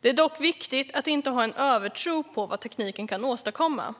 Det är dock viktigt att inte ha en övertro på vad tekniken kan åstadkomma.